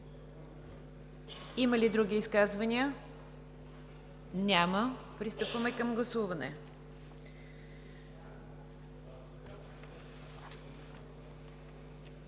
Няма. Други изказвания? Няма. Пристъпваме към гласуване.